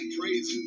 praise